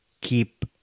keep